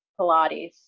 Pilates